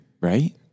right